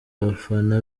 abafana